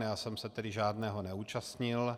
Já jsem se tedy žádného neúčastnil.